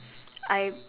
ya